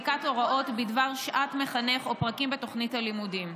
בדבר שעת מחנך או פרקים בתוכנית הלימודים.